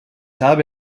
habe